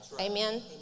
Amen